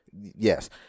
Yes